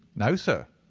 no, sir.